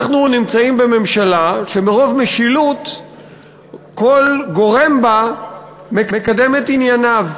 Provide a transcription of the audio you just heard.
אנחנו נמצאים בממשלה שמרוב משילות כל גורם בה מקדם את ענייניו.